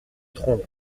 trompes